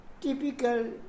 typical